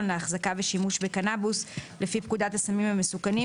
להחזקה ושימוש בקנביס לפי פקודת הסמים המסוכנים,